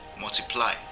multiply